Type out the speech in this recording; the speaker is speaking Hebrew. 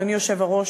אדוני היושב-ראש,